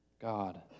God